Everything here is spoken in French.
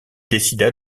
décida